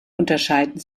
unterscheiden